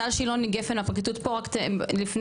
רק טל שילוני גפן הפרקליטות פה רק לפני